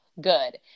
good